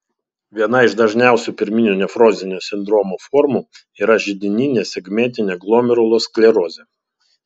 viena iš dažniausių pirminio nefrozinio sindromo formų yra židininė segmentinė glomerulosklerozė